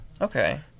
Okay